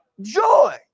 joy